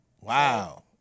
Wow